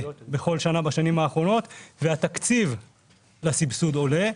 בכל שנה בשנים האחרונות והתקציב לסבסוד עולה,